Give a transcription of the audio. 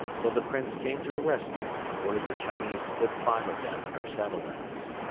till the prince came to the rescue and ordered the chinese to put five of them in our saddle bags.